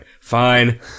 Fine